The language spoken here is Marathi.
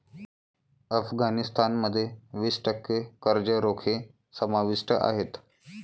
अफगाणिस्तान मध्ये वीस टक्के कर्ज रोखे समाविष्ट आहेत